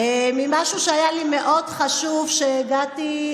במשהו שהיה לי מאוד חשוב כשהגעתי,